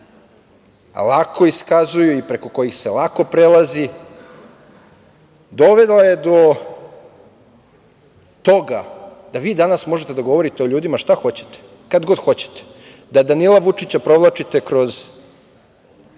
lako iskazuju i preko kojih se lako prelazi dovela je do toga da vi danas možete da govorite o ljudima šta hoćete, kad god hoćete, da Danila Vučića provlačite kroz